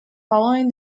following